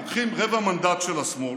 לוקחים רבע מנדט של השמאל